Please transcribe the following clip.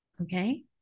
okay